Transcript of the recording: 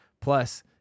Plus